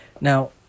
Now